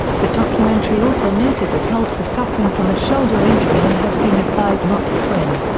the documentary also noted that holt was suffering from a shoulder injury and had been advised not to swim.